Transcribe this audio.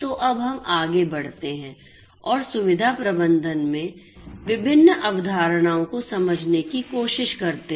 तो अब हम आगे बढ़ते हैं और सुविधा प्रबंधन में विभिन्न अवधारणाओं को समझने की कोशिश करते हैं